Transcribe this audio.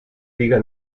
diga